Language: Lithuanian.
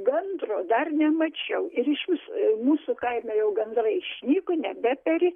gandro dar nemačiau ir išvis mūsų kaime jau gandrai išnyko nebeperi